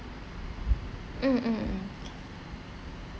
mm mm mm